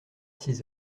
six